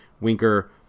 Winker